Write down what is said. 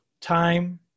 time